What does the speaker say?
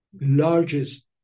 largest